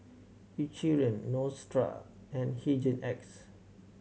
Eucerin Neostrata and Hygin X